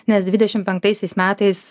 nes dvidešim penktaisiais metais